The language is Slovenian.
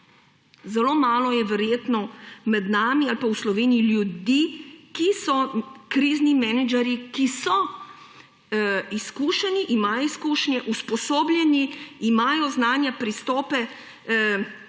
Zelo malo je verjetno med nami ali pa v Sloveniji ljudi, ki so krizni menedžerji, ki so izkušeni, imajo izkušnje, so usposobljeni, imajo znanja, pristope